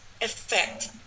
effect